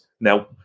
Now